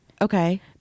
okay